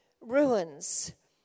ruins